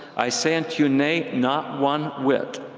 i say unto you, nay not one whit.